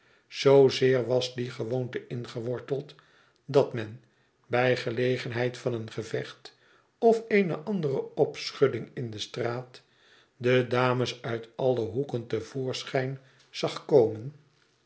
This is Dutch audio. zoo zeer was die gewoonte ingeworteld dat men bij gelegenheid van een gevecht of eene andere opschudding in de straat de dames uit alle hoeken te voorschijn zag komen